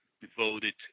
devoted